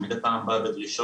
שמדי פעם בא בדרישות,